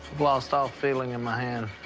lost all feeling in my and